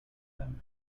them